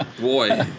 Boy